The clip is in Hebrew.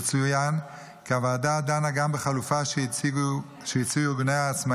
יצוין כי הוועדה דנה גם בחלופה שהציעו העצמאים,